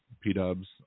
P-Dubs